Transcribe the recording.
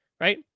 right